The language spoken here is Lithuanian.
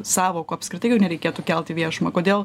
sąvokų apskritai jų nereikėtų kelt į viešumą kodėl